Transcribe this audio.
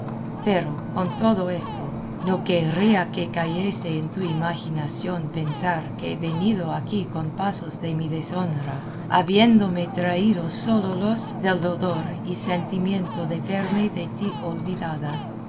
pero con todo esto no querría que cayese en tu imaginación pensar que he venido aquí con pasos de mi deshonra habiéndome traído sólo los del dolor y sentimiento de verme de ti olvidada